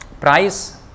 price